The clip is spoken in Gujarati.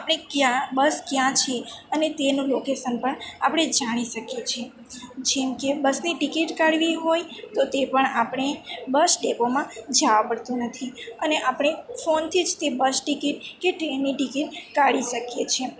આપણે ક્યાં બસ ક્યાં છે અને તેનું લોકેશન પણ આપણે જાણી શકીએ છીએ જેમકે બસની ટિકિટ કાઢવી હોય તે પણ આપણે બસ ડેપોમાં જવા પડતું નથી અને એ આપણે ફોનથી જ તે બસ ટિકિટ કે ટ્રેનની ટિકિટ કાઢી શકીએ છીએ